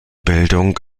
bildung